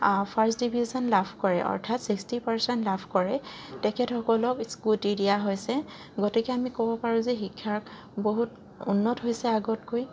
first division লাভ কৰে অৰ্থাৎ ছিক্সটি পাৰ্চেণ্ট লাভ কৰে তেখেতসকলক স্কুটি দিয়া হৈছে গতিকে আমি ক'ব পাৰোঁ যে শিক্ষাৰ বহুত উন্নত হৈছে আগতকৈ